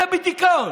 הייתה בדיכאון.